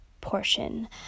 portion